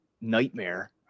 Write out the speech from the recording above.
nightmare